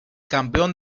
campeón